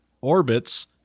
Orbits